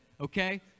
okay